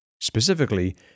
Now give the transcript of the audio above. Specifically